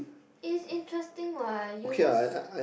it's interesting what you just